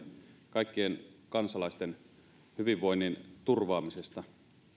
kaikkien kansalaisten hyvinvoinnin turvaamisesta